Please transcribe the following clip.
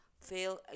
fail